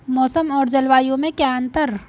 मौसम और जलवायु में क्या अंतर?